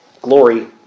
glory